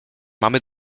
mamy